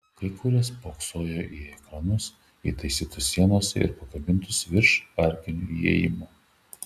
kai kurie spoksojo į ekranus įtaisytus sienose ar pakabintus virš arkinių įėjimų